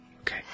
Okay